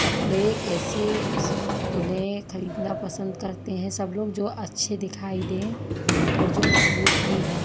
कपड़े कैसे स बुने ख़रीदना पसंद करते हैं सब लोग जो अच्छे दिखाई दें और जो मजबूत भी हो